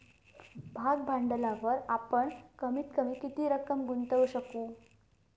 भाग भांडवलावर आपण कमीत कमी किती रक्कम गुंतवू शकू?